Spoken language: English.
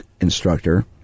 instructor